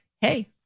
hey